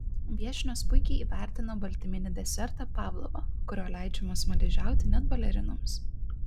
viešnios puikiai įvertino baltyminį desertą pavlovą kuriuo leidžiama smaližiauti net balerinoms